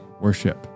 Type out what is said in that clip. worship